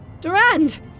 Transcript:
Durand